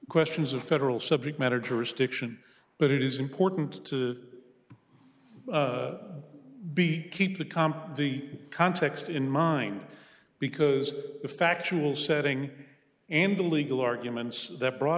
questions of federal subject matter jurisdiction but it is important to be keep the comp the context in mind because the factual setting and the legal arguments that brought